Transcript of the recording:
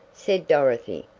said dorothy,